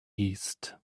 east